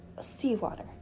seawater